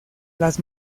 las